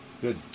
Good